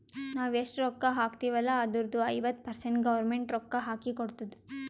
ನಾವ್ ಎಷ್ಟ ರೊಕ್ಕಾ ಹಾಕ್ತಿವ್ ಅಲ್ಲ ಅದುರ್ದು ಐವತ್ತ ಪರ್ಸೆಂಟ್ ಗೌರ್ಮೆಂಟ್ ರೊಕ್ಕಾ ಹಾಕಿ ಕೊಡ್ತುದ್